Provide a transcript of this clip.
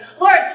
Lord